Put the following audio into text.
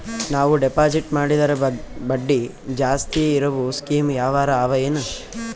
ನಾವು ಡೆಪಾಜಿಟ್ ಮಾಡಿದರ ಬಡ್ಡಿ ಜಾಸ್ತಿ ಇರವು ಸ್ಕೀಮ ಯಾವಾರ ಅವ ಏನ?